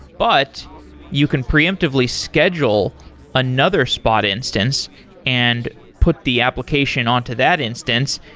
but you can preemptively schedule another spot instance and put the application on to that instance.